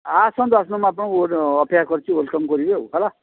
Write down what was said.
ଆସନ୍ତୁ ଆସନ୍ତୁ ଆପଣଙ୍କୁ ଅପେକ୍ଷା କରିଚି ୱେଲ୍କମ୍ କରିବି ଆଉ ହେଲା